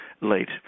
late